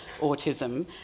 autism